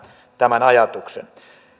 tämän ajatuksen